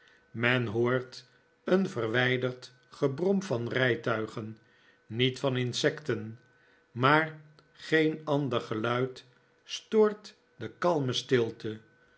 men hoort een verwijderd gebrom van rijtuigen niet van insecten maar geen ander geluid stoort de kalme stilte